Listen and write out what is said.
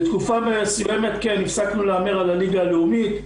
לתקופה מסוימת כן, הפסקנו להמר על הליגה הלאומית.